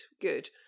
good